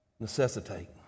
Necessitate